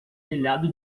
telhado